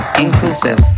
inclusive